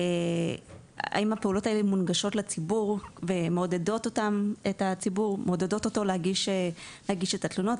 האם הפעולות האלה מונגשות לציבור ומעודדות אותו להגיש את התלונות,